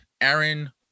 Aaron